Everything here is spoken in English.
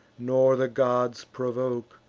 nor the gods provoke.